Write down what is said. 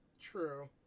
True